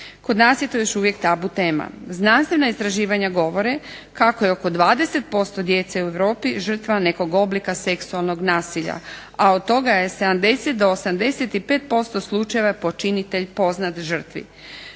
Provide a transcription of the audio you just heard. Kod nas je to još uvijek tabu tema. Znanstvena istraživanja govore kako je oko 20% djece u Europi žrtva nekog oblika seksualnog nasilja, a od toga je 70 do 85% slučajeva počinitelj poznat žrtvi.